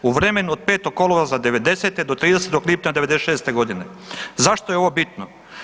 U vremenu od 5. kolovoza '90. do 30. lipnja '96. g. Zašto je ovo bitno?